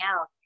out